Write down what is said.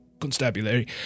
constabulary